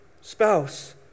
spouse